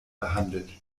behandelt